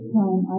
time